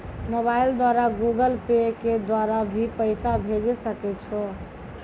Mobile द्वारा Google Pay के द्वारा भी पैसा भेजै सकै छौ?